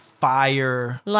Fire